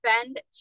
spend